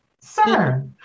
sir